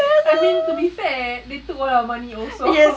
I mean to be fair they took all our money also